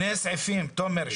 תומר,